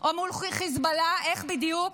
או מול חיזבאללה, איך בדיוק?